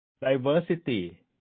Diversity